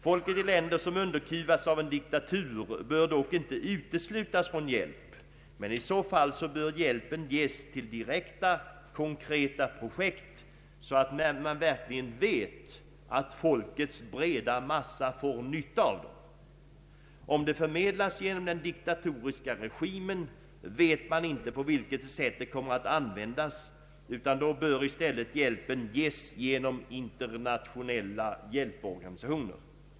Folket i länder som underkuvats av en diktatur bör dock inte uteslutas från hjälp, men i så fall bör hjälpen ges till direkta konkreta projekt så att man verkligen vet att folkets breda massa får nytta av hjälpen. Om hjälpen förmedlas genom den diktatoriska regimen vet man inte på vilket sätt den kommer att användas utan då bör i stället hjälpen ges genom internationella hjälporganisationer.